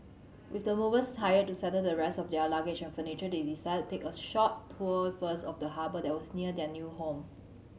with the movers hired to settle the rest of their luggage and furniture they decided to take a short tour first of the harbour that was near their new home